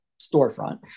storefront